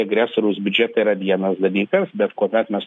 agresoriaus biudžetą yra vienas dalykas bet kuomet mes